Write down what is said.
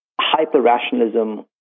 hyper-rationalism